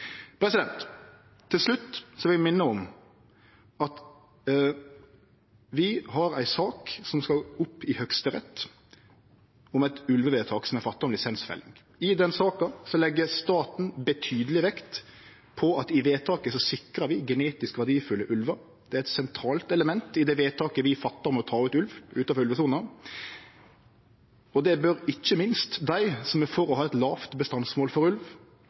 slutt vil eg minne om at vi har ei sak som skal opp i Høgsterett om eit ulvevedtak som er fatta, om lisensfelling. I den saka legg staten betydeleg vekt på at i vedtaket sikrar vi genetisk verdifulle ulvar. Det er eit sentralt element i det vedtaket vi fattar om å ta ut ulv utanfor ulvesona. Det bør ikkje minst dei som er for å ha eit lågt bestandsmål for ulv,